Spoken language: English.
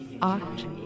Art